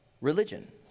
religion